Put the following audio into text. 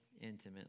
intimately